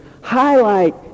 Highlight